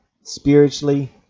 spiritually